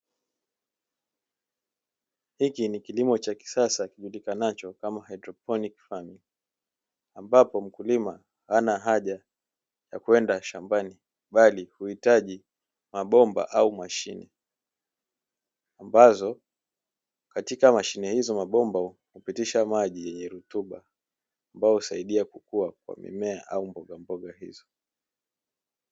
Hiki ni kilimo cha kisasa kijulikanacho kama haidroponi ambapo mkulima hana haja ya kwenda shambani bali huitaji mabomba au mashine, ambazo katika mashine hizo mabomba hupitisha maji yenye rutuba ambayo husaidia kukua kwa mimea au mbogamboga hizo.